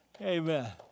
Amen